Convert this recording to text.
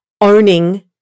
owning